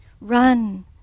Run